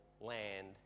land